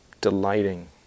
delighting